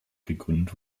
gegründet